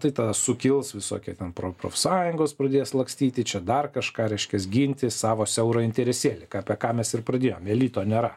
tai tada sukils visokie ten pro profsąjungos pradės lakstyti čia dar kažką reiškias ginti savo siaurą interesėlį ką apie ką mes ir pradėjom elito nėra